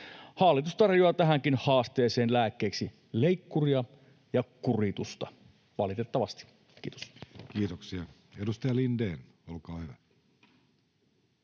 Hallitus tarjoaa tähänkin haasteeseen lääkkeeksi leikkuria ja kuritusta, valitettavasti. — Kiitos. [Speech 237] Speaker: